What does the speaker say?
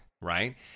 right